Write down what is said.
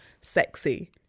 sexy